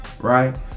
right